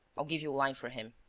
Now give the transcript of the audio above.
i'll give you a line for him.